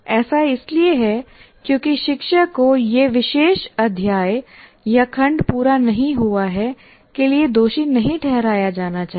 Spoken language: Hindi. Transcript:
ऐसा इसलिए है क्योंकि शिक्षक को यह विशेष अध्याय या खंड पूरा नहीं हुआ है" के लिए दोषी नहीं ठहराया जाना चाहिए